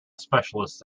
specialists